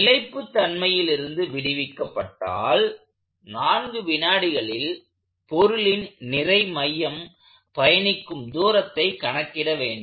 நிலைப்பு தன்மையிலிருந்து விடுவிக்கப்பட்டால் 4 வினாடிகளில் பொருளின் நிறை மையம் பயணிக்கும் தூரத்தை கணக்கிட வேண்டும்